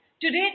Today